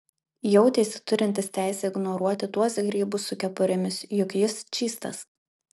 jautėsi turintis teisę ignoruoti tuos grybus su kepurėmis juk jis čystas